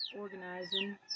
organizing